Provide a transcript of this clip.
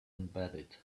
embedded